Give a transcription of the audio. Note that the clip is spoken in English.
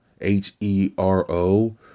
h-e-r-o